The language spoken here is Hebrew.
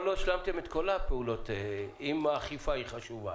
לא השלמתם את כל הפעולות אם האכיפה היא חשובה?